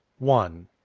one